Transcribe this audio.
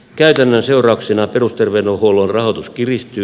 käytännön seurauksena perusterveydenhuollon rahoitus kiristyy